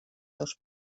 dos